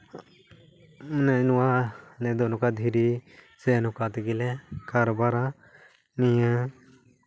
ᱢᱟᱱᱮ ᱱᱚᱣᱟ ᱟᱞᱮ ᱫᱚ ᱱᱚᱝᱠᱟ ᱫᱷᱤᱨᱤ ᱥᱮ ᱱᱚᱝᱠᱟ ᱛᱮᱜᱮ ᱞᱮ ᱠᱟᱨᱵᱟᱨᱟ ᱱᱤᱭᱟᱹ